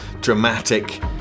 dramatic